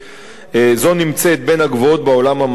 זו נמצאת בין הגבוהות בעולם המערבי.